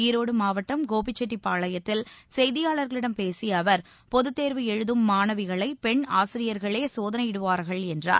ஈரோடு மாவட்டம் கோபிசெட்டிப்பாயைத்தில் செய்தியாளர்களிடம் பேசிய அவர் பொதத் தேர்வு எழுதும் மாணவிகளை பெண் ஆசிரியைகளே சோதனையிடுவார்கள் என்றார்